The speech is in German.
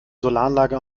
solaranlage